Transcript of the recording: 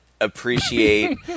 appreciate